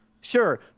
sure